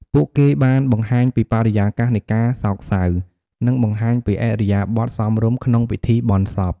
ពួកគេបានបង្ហាញពីបរិយាកាសនៃការសោកសៅ និងបង្ហាញពីឥរិយាបថសមរម្យក្នុងពិធីបុណ្យសព។